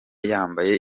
yambaye